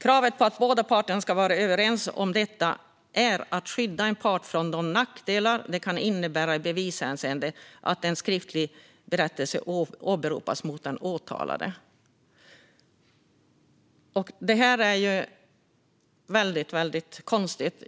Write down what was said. Kravet på att båda parterna ska vara överens om detta avser att skydda en part från de nackdelar det kan innebära i bevishänseende att en skriftlig berättelse åberopas mot den åtalade. Det här är väldigt konstigt.